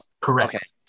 Correct